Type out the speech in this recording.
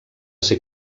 ser